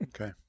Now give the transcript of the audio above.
Okay